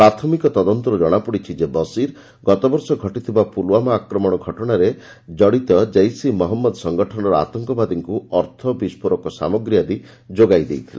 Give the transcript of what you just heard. ପ୍ରାଥମିକ ତଦନ୍ତରୁ ଜଣାପଡ଼ିଛି ଯେ ବସୀର ଗତବର୍ଷ ଘଟିଥିବା ପୁଲୱାମା ଆକ୍ରମଣ ଘଟଣାରେ ଜଡ଼ିତ ଜେସ୍ ଇ ମହଞ୍ମଦ ସଂଗଠନର ଆତଙ୍କବାଦୀଙ୍କୁ ଅର୍ଥ ବିସ୍କୋରକ ସାମଗ୍ରୀ ଆଦି ଯୋଗାଇ ଦେଇଥିଲା